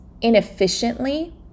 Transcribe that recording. inefficiently